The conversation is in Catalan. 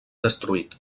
destruït